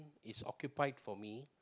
is occupied for me